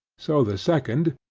so the second,